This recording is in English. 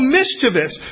mischievous